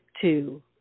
Two